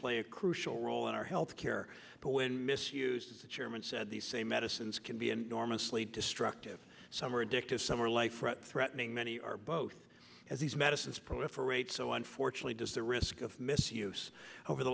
play a crucial role in our health care but when misused as the chairman said the same medicines can be enormously destructive some are addictive some are life threatening many are both as these medicines proliferate so unfortunately does the risk of misuse over the